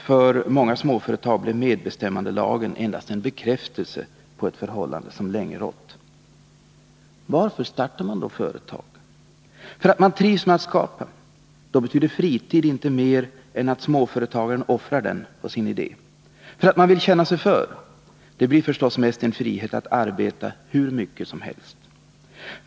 För många småföretag blev medbestämmandelagen endast en bekräftelse på ett förhållande som länge har rått. Varför startar man då ett företag? För att man trivs med att skapa. Då betyder fritid inte mer än att småföretagaren offrar den på sin idé. För att man vill känna sig för. Det blir förstås mest en frihet att arbeta hur mycket som helst.